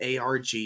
ARG